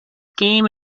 game